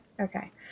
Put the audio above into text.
Okay